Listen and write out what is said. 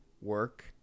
work